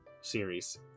series